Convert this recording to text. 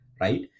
right